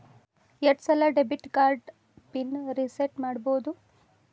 ಎಷ್ಟ ಸಲ debit card PIN reset ಮಾಡಬೋದು